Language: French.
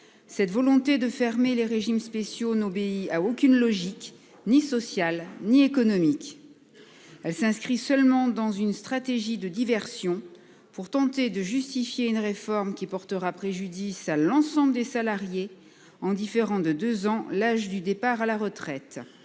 Cette volonté de fermer les régimes spéciaux n'obéit à aucune logique ni social ni économique. S'inscrit seulement dans une stratégie de diversion pour tenter de justifier une réforme qui portera préjudice à l'ensemble des salariés en différents de 2 ans l'âge du départ à la retraite